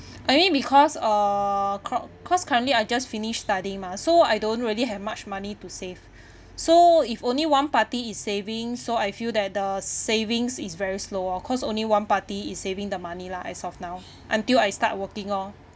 I mean because uh c~ cause currently I just finished studying mah so I don't really have much money to save so if only one party is saving so I feel that the savings is very slow orh because only one party is saving the money lah as of now until I start working orh